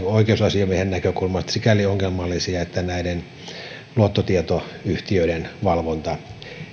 oikeusasiamiehen näkökulmasta sikäli ongelmallisia että luottotietoyhtiöiden valvonta